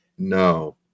no